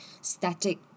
static